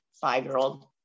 five-year-old